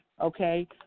okay